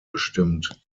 bestimmt